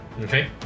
Okay